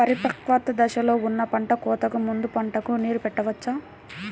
పరిపక్వత దశలో ఉన్న పంట కోతకు ముందు పంటకు నీరు పెట్టవచ్చా?